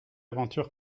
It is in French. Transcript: aventure